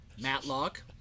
Matlock